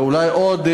ואולי עוד,